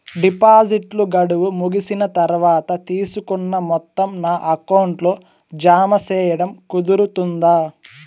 డిపాజిట్లు గడువు ముగిసిన తర్వాత, తీసుకున్న మొత్తం నా అకౌంట్ లో జామ సేయడం కుదురుతుందా?